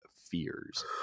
Fears